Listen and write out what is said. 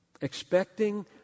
expecting